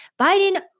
Biden